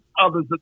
others